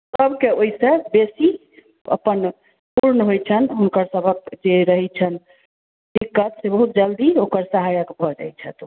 सब के ओहि सॅं बेसी अपन प्रेम होइ छनि हुनकर सबहक से रहै छनि जल्दी ओकर सहायक भऽ जाइ छथि ओ